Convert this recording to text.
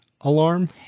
alarm